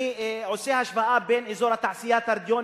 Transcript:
אני עושה השוואה בין אזור התעשייה תרדיון